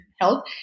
health